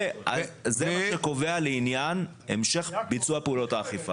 זה מה שאתה קובע לעניין המשך ביצוע פעולות האכיפה.